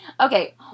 Okay